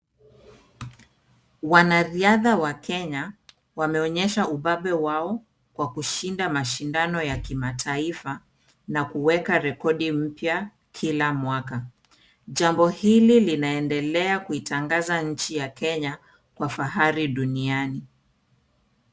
Wanariadha wa Kenya, wameonyesha ubabe wao kwa kushinda mashindano ya kimataifa na kuweka rekodi mpya kila mwaka. Jambo hili linaendelea kuitangaza nchi ya Kenya kwa fahari duniani.